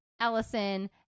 Ellison